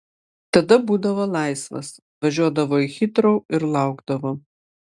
tada būdavo laisvas važiuodavo į hitrou ir laukdavo